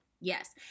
Yes